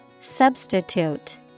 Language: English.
Substitute